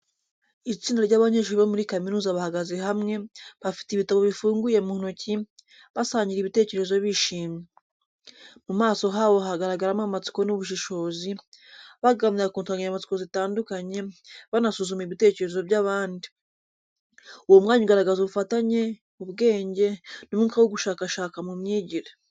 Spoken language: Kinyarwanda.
Itsinda ry’abanyeshuri bo muri kaminuza bahagaze hamwe, bafite ibitabo bifunguye mu ntoki, basangira ibitekerezo bishimye. Mu maso habo hagaragaramo amatsiko n’ubushishozi, baganira ku nsanganyamatsiko zitandukanye, banasuzuma ibitekerezo by’abandi. Uwo mwanya ugaragaza ubufatanye, ubwenge, n’umwuka wo gushakashaka mu myigire.